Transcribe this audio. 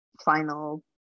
final